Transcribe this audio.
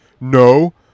no